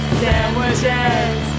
sandwiches